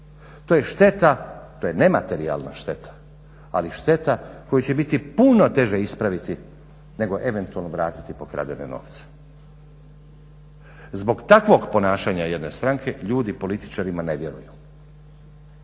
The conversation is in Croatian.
to je šteta, to je nematerijalna šteta, ali šteta koju će biti puno teže ispraviti nego eventualno vratiti pokradene novce. Zbog takvog ponašanja jedne stranke ljudi političarima ne vjeruju.